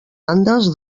andes